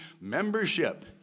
membership